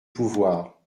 pouvoir